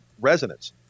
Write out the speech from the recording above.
resonance